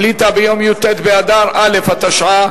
החליטה ביום י"ט באדר א' התשע"א,